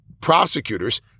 Prosecutors